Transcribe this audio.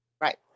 Right